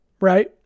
right